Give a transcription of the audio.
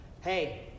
hey